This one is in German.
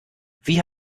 wie